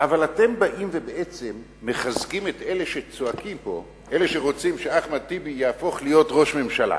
אבל אתם מחזקים את אלה שרוצים שאחמד טיבי יהפוך להיות ראש ממשלה